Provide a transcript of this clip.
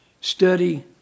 study